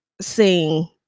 sing